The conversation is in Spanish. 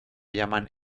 llaman